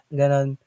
gano'n